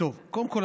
קודם כול,